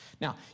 Now